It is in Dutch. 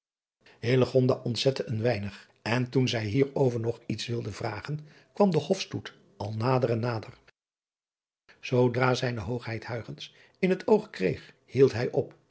ontzette een weinig en toen zij hier over nog iets wilde vragen kwam de ofstoet al nader en nader oodra zijne oogheid in het oog kreeg hield hij op